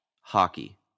hockey